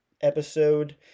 episode